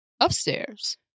Upstairs